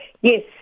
Yes